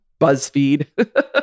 BuzzFeed